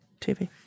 tv